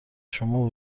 شما